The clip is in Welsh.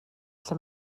lle